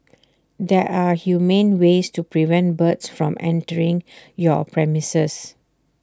there are humane ways to prevent birds from entering your premises